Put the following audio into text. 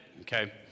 Okay